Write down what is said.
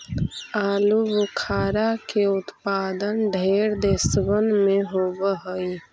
आलूबुखारा के उत्पादन ढेर देशबन में होब हई